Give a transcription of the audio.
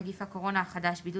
בצו בריאות העם (נגיף קורונה החדש) (בידוד